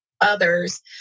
others